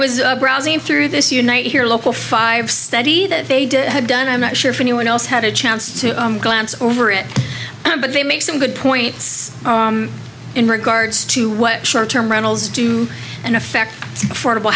was browsing through this unite here local five study that they did have done i'm not sure if anyone else had a chance to glance over it and but they make some good points in regards to what short term rentals do in effect affordable